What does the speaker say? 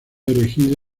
erigido